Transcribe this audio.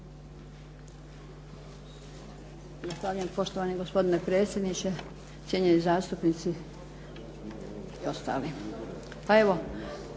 Hvala.